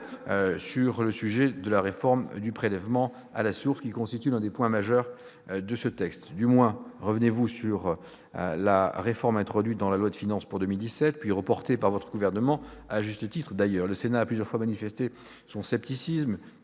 sur la réforme du prélèvement à la source, qui constitue l'un des points majeurs de ce texte. Du moins revenez-vous, monsieur le ministre, sur la réforme introduite par la loi de finances pour 2017, puis reportée par votre gouvernement, à juste titre d'ailleurs. La Sénat a plusieurs fois manifesté son scepticisme